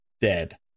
dead